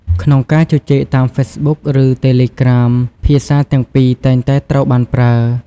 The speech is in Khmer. ក្នុងការជជែកតាមហ្វេសប៊ុក ឬតេលេក្រាម ភាសាទាំងពីរតែងតែត្រូវបានប្រើ។